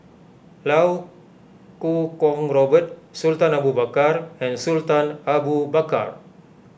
Iau Kuo Kwong Robert Sultan Abu Bakar and Sultan Abu Bakar